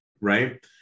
right